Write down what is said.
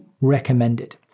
recommended